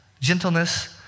gentleness